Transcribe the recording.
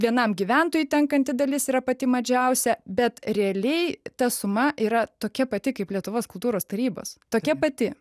vienam gyventojui tenkanti dalis yra pati mažiausia bet realiai ta suma yra tokia pati kaip lietuvos kultūros tarybos tokia pati